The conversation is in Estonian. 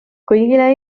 kõigile